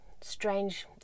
strange